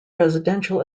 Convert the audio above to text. residential